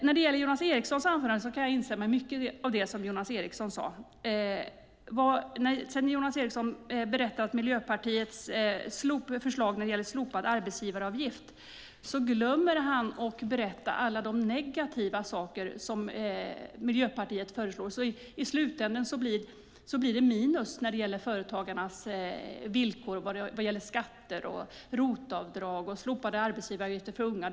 När det gäller Jonas Erikssons anförande kan jag instämma i mycket av det Jonas Eriksson sade. Jonas Eriksson berättade om Miljöpartiets förslag om slopad arbetsgivaravgift. Han glömmer att berätta om alla de negativa saker som Miljöpartiet föreslår. I slutänden blir det minus när det gäller företagarnas villkor vad gäller skatter, ROT-avdrag och slopade arbetsgivaravgifter för unga.